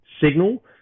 signal